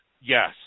Yes